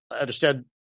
understand